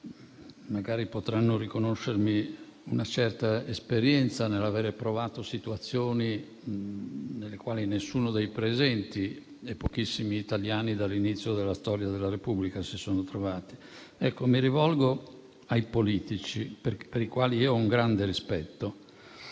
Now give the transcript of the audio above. (magari potranno riconoscermi una certa esperienza nell'aver provato situazioni nelle quali nessuno dei presenti e pochissimi italiani dall'inizio della storia della Repubblica si sono trovati). Mi rivolgo ai politici, per i quali ho un grande rispetto,